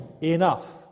Enough